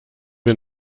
wir